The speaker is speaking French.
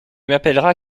m’appelleras